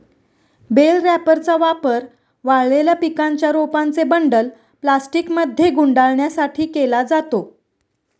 bell रॅपरचा वापर वाळलेल्या पिकांच्या रोपांचे बंडल प्लास्टिकमध्ये गुंडाळण्यासाठी केला जातो